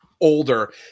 older